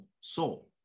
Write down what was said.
soul